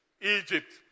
Egypt